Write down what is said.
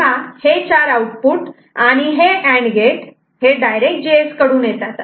तेव्हा हे चार आउटपुट आणि हे अँड गेट हे डायरेक्ट GS कडून येतात